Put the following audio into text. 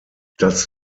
das